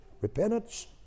repentance